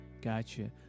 gotcha